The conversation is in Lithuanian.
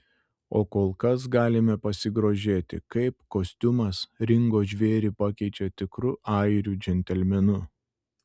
o kol kas galime pasigrožėti kaip kostiumas ringo žvėrį pakeičia tikru airių džentelmenu